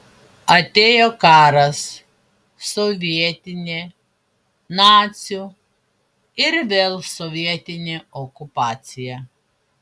atėjo karas sovietinė nacių ir vėl sovietinė okupacija